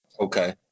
Okay